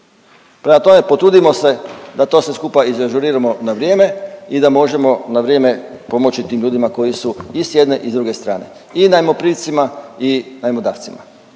Prema tome, potrudimo se da to sve skupa izažuriramo na vrijeme i da možemo na vrijeme pomoći tim ljudima koji su i s jedne i s druge strane i najmoprimcima i najmodavcima.